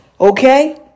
Okay